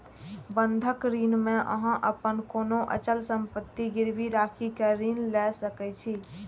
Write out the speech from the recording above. बंधक ऋण मे अहां अपन कोनो अचल संपत्ति गिरवी राखि कें ऋण लए सकै छी